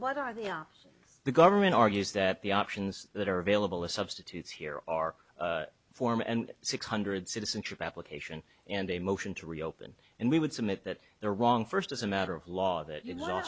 odds the government argues that the options that are available or substitutes here are form and six hundred citizenship application and a motion to reopen and we would submit that they're wrong first as a matter of law that you know